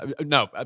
No